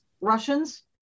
Russians